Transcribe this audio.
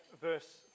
verse